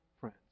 friends